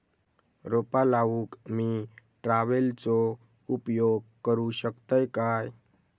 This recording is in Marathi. रोपा लाऊक मी ट्रावेलचो उपयोग करू शकतय काय?